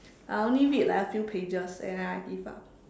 I only read like a few pages and I give up